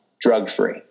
drug-free